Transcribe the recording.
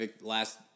last